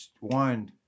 one